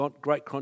great